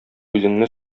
үзеңне